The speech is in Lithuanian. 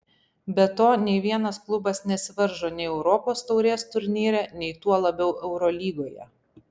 be to nei vienas klubas nesivaržo nei europos taurės turnyre nei tuo labiau eurolygoje